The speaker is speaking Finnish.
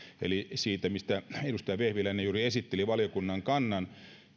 eli sitä mistä edustaja vehviläinen juuri esitteli valiokunnan kannan